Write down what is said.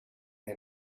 her